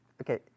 Okay